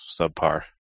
subpar